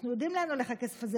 אנחנו יודעים לאן הולך הכסף הזה,